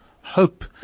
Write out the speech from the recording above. hope